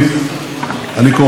אני קורא לכם להתעשת.